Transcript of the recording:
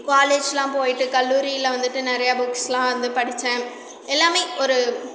காலேஜ்லாம் போய்விட்டு கல்லூரியில வந்துவிட்டு நிறையா புக்ஸ்லாம் வந்து படிச்சேன் எல்லாமே ஒரு